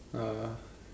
ah